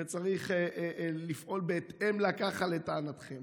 וצריך לפעול בהתאם, לטענתכם.